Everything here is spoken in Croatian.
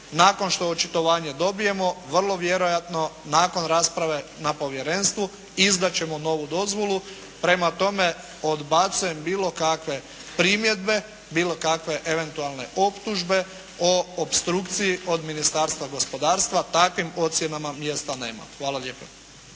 Nakon što očitovanje dobijemo, vrlo vjerojatno nakon rasprave na povjerenstvu izdati ćemo novu dozvolu. Prema tome odbacujem bilo kakve primjedbe, bilo kakve eventualne optužbe o opstrukciji od Ministarstva gospodarstva. Takvim ocjenama mjesta nema. Hvala lijepo.